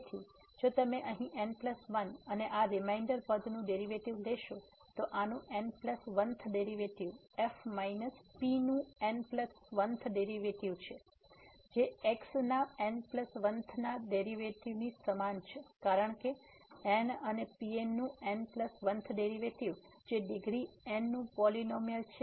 તેથી જો તમે અહીં n1 અને આ રીમાઇન્ડર પદનું ડેરીવેટીવ લેશો તો આનું n1th derivative f minus p નું n1th ડેરીવેટીવ જે x ના n1th ડેરીવેટીવ ની સમાન છે કારક કે n અને Pn નું n1th ડેરીવેટીવ જે ડીગ્રી n નું પોલીનોમીઅલ છે